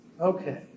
Okay